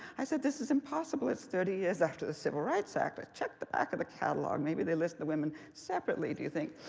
i said, this is impossible. it's thirty years after the civil rights act. but check the back of the catalog. maybe they list the women separately, do you think?